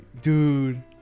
dude